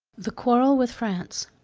the quarrel with france.